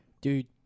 Dude